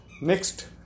next